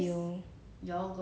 mmhmm